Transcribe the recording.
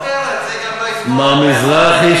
הוא לא פותר את זה גם, תודה רבה.